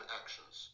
actions